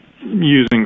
using